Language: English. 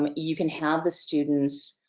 um you can have the students